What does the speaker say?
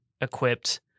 equipped